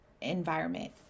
environment